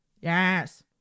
Yes